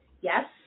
yes